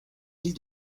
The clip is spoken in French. île